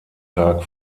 tag